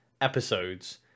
episodes